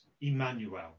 Emmanuel